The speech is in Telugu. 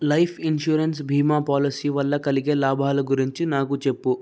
లైఫ్ ఇన్షూరెన్స్ బీమా పాలిసీ వల్ల కలిగే లాభాల గురించి నాకు చెప్పు